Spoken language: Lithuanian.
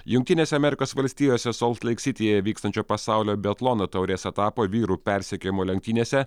jungtinėse amerikos valstijose solt leik sityje vykstančio pasaulio biatlono taurės etapo vyrų persekiojimo lenktynėse